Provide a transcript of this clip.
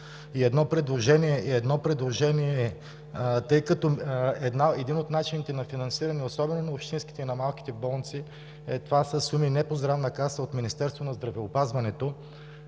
Едно предложение: тъй като един от начините на финансиране, особено на общинските и на малките болници, е със суми по Здравната каса, а от Министерството на здравеопазването,